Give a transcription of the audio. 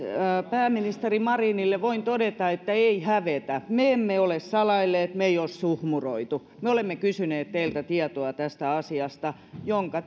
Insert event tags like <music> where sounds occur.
pääministeri marinille voin todeta että ei hävetä me emme ole salailleet me emme ole suhmuroineet me olemme kysyneet teiltä tietoa tästä asiasta jonka <unintelligible>